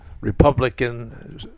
Republican